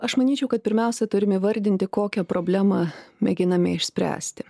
aš manyčiau kad pirmiausia turim įvardinti kokią problemą mėginame išspręsti